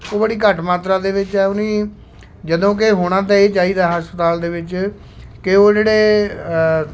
ਉਹ ਬੜੀ ਘੱਟ ਮਾਤਰਾ ਦੇ ਵਿੱਚ ਹੈ ਉਹ ਨਹੀਂ ਜਦੋਂ ਕਿ ਹੋਣਾ ਤਾਂ ਇਹ ਚਾਹੀਦਾ ਹਸਪਤਾਲ ਦੇ ਵਿੱਚ ਕਿ ਉਹ ਜਿਹੜੇ